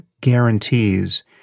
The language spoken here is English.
guarantees